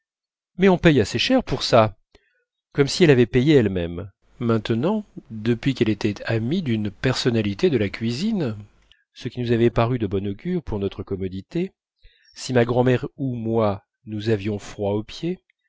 mais on paye assez cher pour ça comme si elle avait payé elle-même maintenant depuis qu'elle était amie d'une personnalité de la cuisine ce qui nous avait paru de bon augure pour notre commodité si ma grand'mère ou moi nous avions froid aux pieds